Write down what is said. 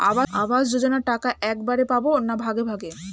আবাস যোজনা টাকা একবারে পাব না ভাগে ভাগে?